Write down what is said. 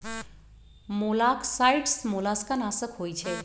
मोलॉक्साइड्स मोलस्का नाशक होइ छइ